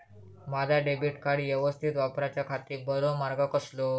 माजा debit card यवस्तीत वापराच्याखाती बरो मार्ग कसलो?